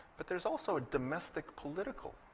but there's also a domestic, political